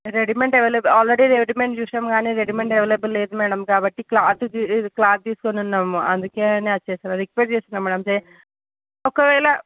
readymade available already readymade చూసాము గానీ readymade available లేదు మ్యాడమ్ కాబట్టి క్లాత్ ఆఆ క్లాత్ తీసుకొని ఉన్నాం అందుకే అని అరిచేస్తున్నాం రిక్వెస్ట్ చేస్తున్నాం మ్యాడమ్ ఒక వేళ్ళ